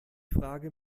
frage